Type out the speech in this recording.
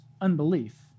unbelief